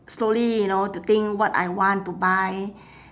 slowly you know to think what I want to buy